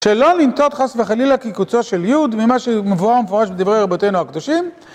שלא לנטות חס וחלילה כקוצו של יוד ממה שמבואר ומפורש בדברי רבותינו הקדושים